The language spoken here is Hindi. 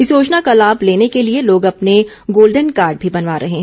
इस योजना का लाभ लेर्न के लिए लोग अपने गोल्डन कार्ड भी बनवा रहे हैं